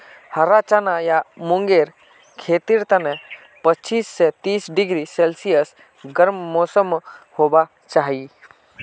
हरा चना या मूंगेर खेतीर तने पच्चीस स तीस डिग्री सेल्सियस गर्म मौसम होबा चाई